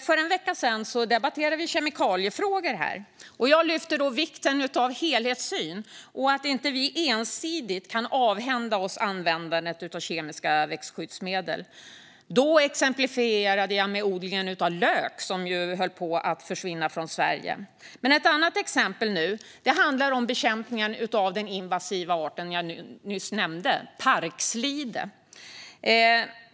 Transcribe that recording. För en vecka sedan debatterade vi kemikaliefrågor här. Jag lyfte då vikten av helhetssyn och att vi inte ensidigt kan avhända oss användandet av kemiska växtskyddsmedel. Då exemplifierade jag med odling av lök, som ju höll på att försvinna från Sverige. Ett annat exempel handlar om bekämpningen av den invasiva arten som jag nyss nämnde, alltså parkslide.